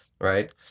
right